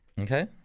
Okay